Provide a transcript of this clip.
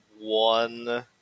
one